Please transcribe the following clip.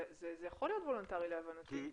זה יכול להיות וולונטרי, להבנתי.